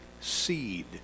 seed